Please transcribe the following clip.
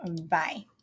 bye